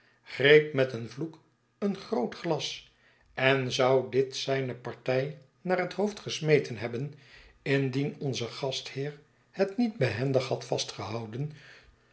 greep meteenvloek een groot glas en zou dit zijne party naar het hoofd gesmeten hebben indien onze gastheer het niet behendig had vastgehouden